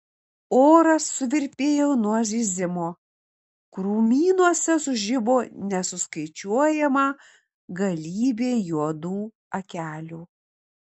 oras suvirpėjo nuo zyzimo krūmynuose sužibo nesuskaičiuojama galybė juodų akelių